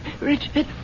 Richard